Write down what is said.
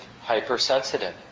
hypersensitive